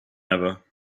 ever